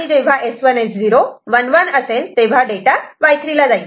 जेव्हा S1 S0 11 असेल तेव्हा डेटा Y3 ला जाईल